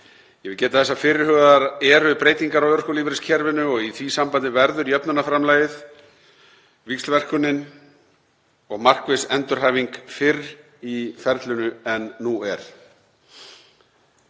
Ég vil geta þess að fyrirhugaðar eru breytingar á örorkulífeyriskerfinu og í því sambandi verður jöfnunarframlagið, víxlverkunin og markviss endurhæfing fyrr í ferlinu en nú er.